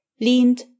leaned